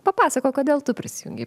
papasakok kodėl tu prisijungei